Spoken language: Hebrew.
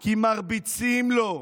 כי מרביצים לו,